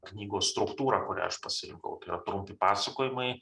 knygos struktūrą kurią aš pasirinkau tai yra trumpi pasakojimai